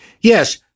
yes